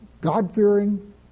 God-fearing